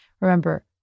Remember